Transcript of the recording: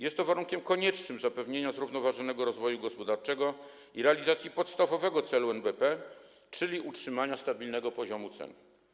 Jest to warunkiem koniecznym zapewnienia zrównoważonego rozwoju gospodarczego i realizacji podstawowego celu NBP, czyli utrzymania stabilnego poziomu cen.